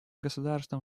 государством